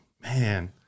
man